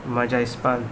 म्हज्या हिसपान